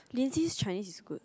Linsy's Chinese is good